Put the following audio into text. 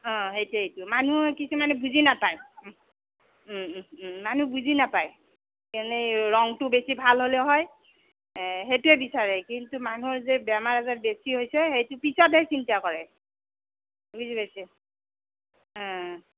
অ সেইটো সেইটো মানুহৰ কিছুমানে বুজি নাপায় ও ও ও ও মানুহ বুজি নাপায় যেনে ৰঙটো বেছি ভাল হ'লেও হয় সেইটোৱে বিচাৰে কিন্তু মানুহৰ যে বেমাৰ আজাৰ বেছি হৈছে সেইটো পিছতহে চিন্তা কৰে বুজি পাইছে অ